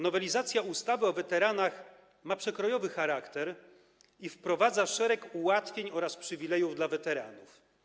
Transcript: Nowelizacja ustawy o weteranach ma przekrojowy charakter i wprowadza szereg ułatwień oraz przywilejów dla weteranów.